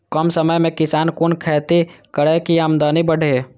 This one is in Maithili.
कम समय में किसान कुन खैती करै की आमदनी बढ़े?